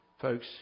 Folks